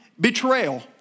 betrayal